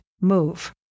move